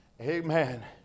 Amen